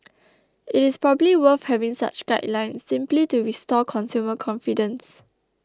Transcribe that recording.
it is probably worth having such guidelines simply to restore consumer confidence